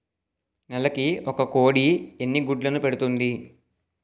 నెలకి ఒక కోడి ఎన్ని గుడ్లను పెడుతుంది?